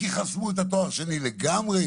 כי חסמו את התואר השני לגמרי.